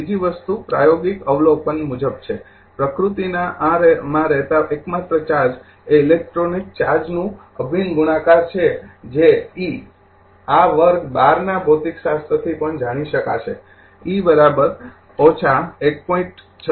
બીજી વસ્તુ પ્રાયોગિક અવલોકન મુજબ છે પ્રકૃતિમાં રહેતા એકમાત્ર ચાર્જ એ ઇલેક્ટ્રોનિક ચાર્જોનું અભિન્ન ગુણાકાર છે જે ઇ આ વર્ગ ૧૨ ના ભૌતિકશાસ્ત્રથી પણ જાણી શકાશે e ૧